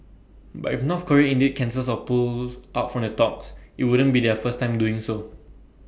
but if North Korea indeed cancels or pull out from the talks IT wouldn't be their first time doing so